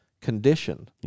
condition